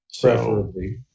Preferably